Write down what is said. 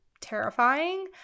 terrifying